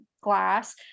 glass